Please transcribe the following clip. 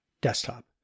desktop